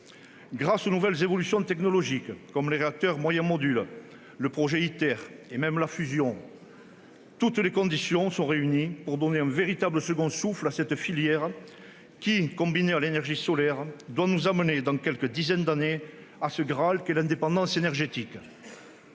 Grâce aux nouvelles évolutions technologiques, comme les réacteurs moyen-module ou le projet (Iter) ayant trait à la fusion, toutes les conditions sont réunies pour donner un véritable second souffle à cette filière qui, associée à l'énergie solaire, doit nous permettre d'atteindre, dans quelques dizaines d'années, ce graal qu'est l'indépendance énergétique.